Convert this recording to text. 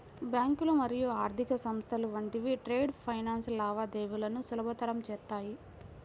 బ్యాంకులు మరియు ఆర్థిక సంస్థలు వంటివి ట్రేడ్ ఫైనాన్స్ లావాదేవీలను సులభతరం చేత్తాయి